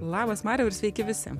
labas mariau ir sveiki visi